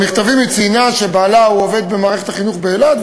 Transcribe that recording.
במכתבים היא ציינה שבעלה עובד במערכת החינוך באילת,